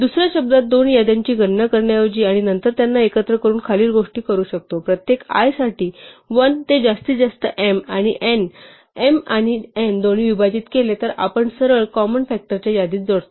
दुसर्या शब्दात दोन याद्यांची गणना करण्याऐवजी आणि नंतर त्यांना एकत्र करून खालील गोष्टी करू शकतो प्रत्येक i साठी 1 ते जास्तीत जास्त m आणि n m आणि n दोन्ही विभाजित केले तर आपण सरळ कॉमन फ़ॅक्टरच्या यादीत जोडतो